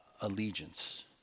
allegiance